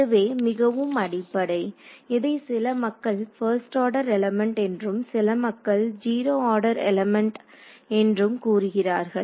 இதுவே மிகவும் அடிப்படை இதை சில மக்கள் பர்ஸ்ட் ஆர்டர் எலிமெண்ட் என்றும் சில மக்கள் ஜீரோ ஆர்டர் எலிமெண்ட் என்றும் கூறுகிறார்கள்